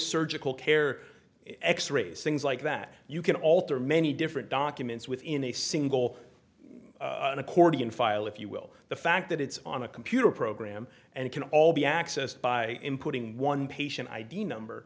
surgical care x rays things like that you can alter many different documents within a single accordion file if you will the fact that it's on a computer program and it can all be accessed by inputting one patient id number